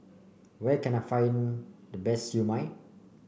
where can I find the best Siew Mai